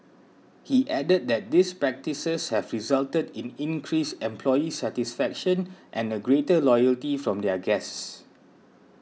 he added that these practices have resulted in increased employee satisfaction and a greater loyalty from their guests